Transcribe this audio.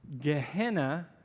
Gehenna